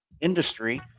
industry